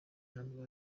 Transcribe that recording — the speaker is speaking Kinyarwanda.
ntabwo